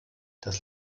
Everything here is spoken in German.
das